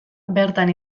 bertan